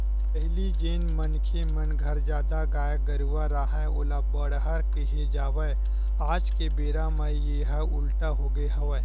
पहिली जेन मनखे मन घर जादा गाय गरूवा राहय ओला बड़हर केहे जावय आज के बेरा म येहा उल्टा होगे हवय